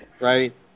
right